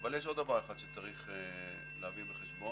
אבל יש עוד דבר אחד שצריך להביא בחשבון,